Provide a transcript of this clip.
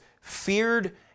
feared